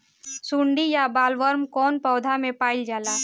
सुंडी या बॉलवर्म कौन पौधा में पाइल जाला?